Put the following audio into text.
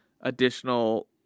additional